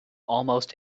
almost